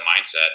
mindset